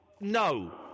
no